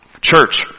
Church